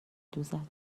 دوزد